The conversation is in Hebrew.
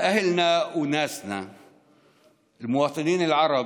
(אומר דברים בשפה הערבית,